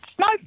No